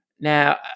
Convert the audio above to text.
Now